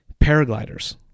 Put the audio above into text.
paragliders